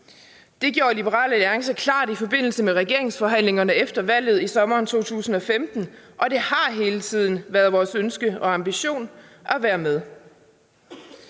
Det gjorde Liberal Alliance klart i forbindelse med regeringsforhandlingerne efter valget i sommeren 2015, og det har hele tiden været vores ønske og ambition at være med.